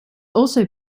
also